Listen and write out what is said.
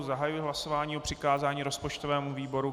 Zahajuji hlasování o přikázání rozpočtovému výboru.